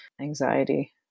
anxiety